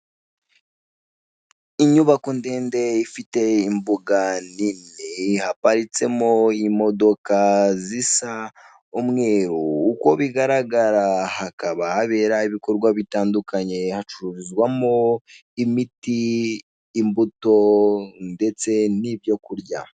Inyubako ndende ifite imbuga nini haparitsemo imodoka zisa umweru, uko bigaragara hakaba habera ibikorwa bitandukanye hacuruzwamo imiti, imbuto ndetse n'ibyo kurya.